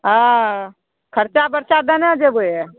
ओ खर्चा बरचा देने जेबय